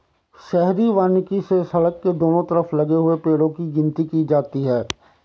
शहरी वानिकी से सड़क के दोनों तरफ लगे हुए पेड़ो की गिनती की जाती है